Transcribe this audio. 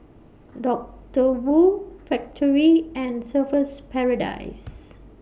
Doctor Wu Factorie and Surfer's Paradise